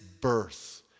birth